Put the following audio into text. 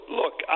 look